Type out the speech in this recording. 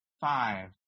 Five